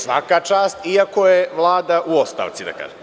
Svaka čast, iako je Vlada u ostavci.